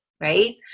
Right